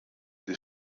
des